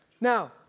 Now